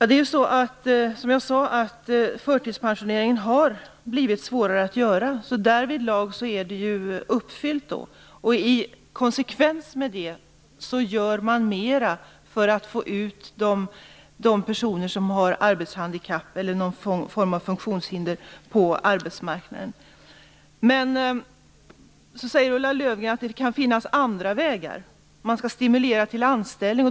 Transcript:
Fru talman! Som jag sade har det blivit svårare att bli förtidspensionerad. I konsekvens med detta gör man mera för att få ut personer med arbetshandikapp eller någon form av funktionshinder på arbetsmarknaden. Sedan sade Ulla Löfgren att det kan finnas andra vägar. Man kan t.ex. stimulera till anställning.